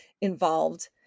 involved